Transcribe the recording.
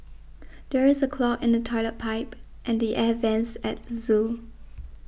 there is a clog in the Toilet Pipe and the Air Vents at the zoo